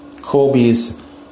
Kobe's